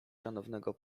szanownego